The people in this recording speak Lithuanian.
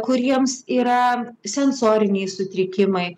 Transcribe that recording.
kuriems yra sensoriniai sutrikimai